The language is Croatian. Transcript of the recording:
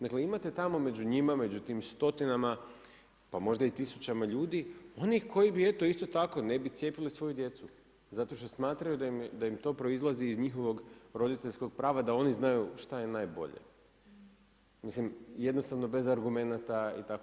Dakle imate tamo među njima, među tim stotinama pa možda i tisućama ljudi onih koji bi eto isto tako ne bi cijepili svoju djecu zato što smatraju da im to proizlazi iz njihovog roditeljskog prava da oni znaju šta je najbolje, mislim, jednostavno bez argumenata i tako.